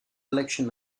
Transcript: election